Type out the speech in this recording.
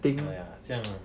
!aiya! 这样